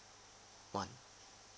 one